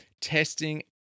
Testing